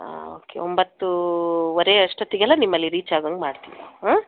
ಹಾಂ ಓಕೆ ಒಂಭತ್ತೂವರೆ ಅಷ್ಟೊತ್ತಿಗೆಲ್ಲ ನಿಮ್ಮಲ್ಲಿ ರೀಚ್ ಆಗುವಂಗೆ ಮಾಡ್ತೀವಿ ಹ್ಞ